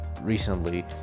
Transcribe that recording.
recently